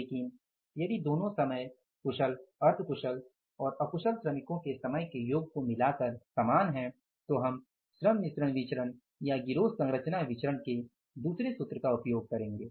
लेकिन यदि दोनों समय कुशल अर्ध कुशल और अकुशल श्रमिकों के समय के योग को मिलाकर समान है तो हम श्रम मिश्रण विचरण या गिरोह संरचना विचरण के दुसरे सूत्र का उपयोग करेंगे